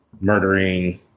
murdering